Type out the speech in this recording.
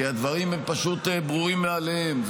כי הדברים הם פשוט ברורים מאליהם.